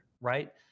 right